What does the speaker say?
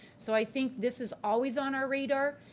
so, i think this is always on our radar.